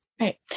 Right